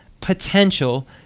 potential